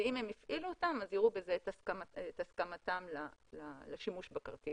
ואם הם הפעילו אותם יראו בזה את הסכמתם לשימוש בכרטיס.